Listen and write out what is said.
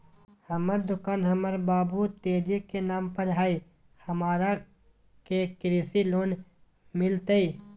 हमर दुकान हमर बाबु तेजी के नाम पर हई, हमरा के कृषि लोन मिलतई?